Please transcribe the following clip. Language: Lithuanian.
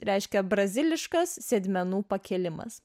reiškia braziliškas sėdmenų pakėlimas